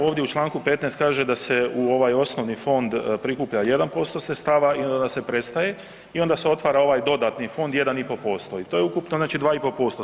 Ovdje u čl. 15. kaže da se u ovaj osnovni fond prikuplja 1% sredstava i onda se prestaje i onda se otvara ovaj dodatni fond 1,5% i to je ukupno 2,5%